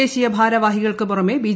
ദേശീയ ഭാരവാഹീക്ക്ൾക്ക് പുറമെ ബി